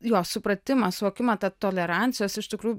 jo supratimą suvokimą tą tolerancijos iš tikrųjų